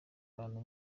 abantu